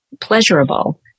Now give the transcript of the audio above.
pleasurable